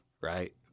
right